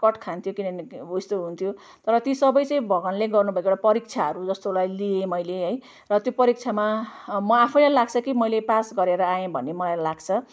cut खान्थ्यो किनभने ऊ यस्तो हुन्थ्यो तर ती सबै चाहिँ भगवान्ले गर्नुभएको एउटा परीक्षाहरू जस्तोलाई लिएँ मैले र त्यो परीक्षामा म आफैँलाई लाग्छ कि मैले पास गरेर आएँ भने मलाई लाग्छ